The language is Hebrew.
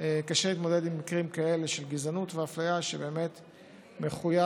קשה להתמודד עם מקרים כאלה של גזענות ואפליה שבאמת מחויב,